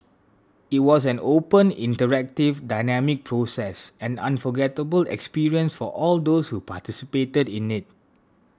it was an open interactive dynamic process an unforgettable experience for all those who participated in it